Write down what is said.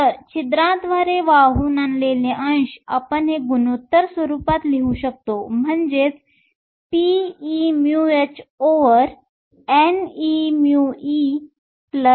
तर छिद्रांद्वारे वाहून आणलेले अंश आपण हे गुणोत्तर स्वरूपात लिहू शकतो म्हणजेच pehneepeh होय